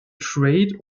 trade